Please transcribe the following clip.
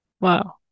Wow